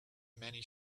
many